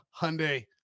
Hyundai